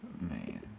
Man